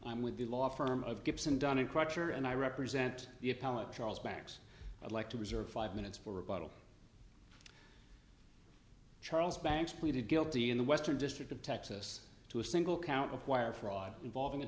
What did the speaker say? i'm with the law firm of gibson dunn and crutcher and i represent the appellate charles banks i'd like to reserve five minutes for rebuttal charles banks pleaded guilty in the western district of texas to a single count of wire fraud involving a